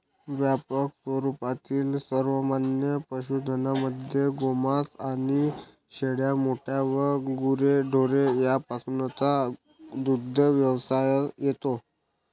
व्यापक स्वरूपातील सर्वमान्य पशुधनामध्ये गोमांस आणि शेळ्या, मेंढ्या व गुरेढोरे यापासूनचा दुग्धव्यवसाय येतो